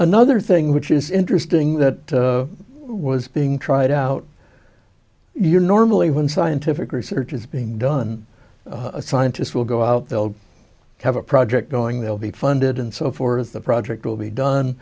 another thing which is interesting that was being tried out you're normally when scientific research is being done scientists will go out they'll have a project going they'll be funded and so forth the project will be done